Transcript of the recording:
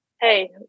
Hey